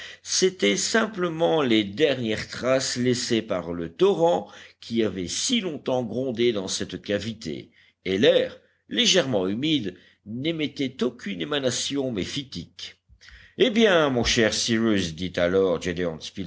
c'étaient simplement les dernières traces laissées par le torrent qui avait si longtemps grondé dans cette cavité et l'air légèrement humide n'émettait aucune émanation méphitique eh bien mon cher cyrus dit alors